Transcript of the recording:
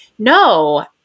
No